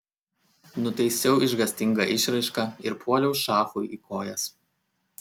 nutaisiau išgąstingą išraišką ir puoliau šachui į kojas